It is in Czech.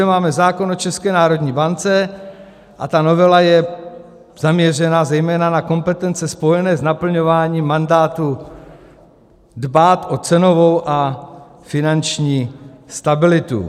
My zde máme zákon o České národní bance a ta novela je zaměřena zejména na kompetence spojené s naplňováním mandátu dbát o cenovou a finanční stabilitu.